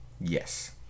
Yes